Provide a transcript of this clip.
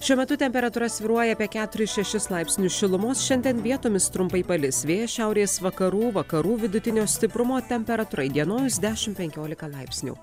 šiuo metu temperatūra svyruoja apie keturis šešis laipsnius šilumos šiandien vietomis trumpai palis vėjas šiaurės vakarų vakarų vidutinio stiprumo temperatūra įdienojus dešim penkiolika laipsnių